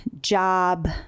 job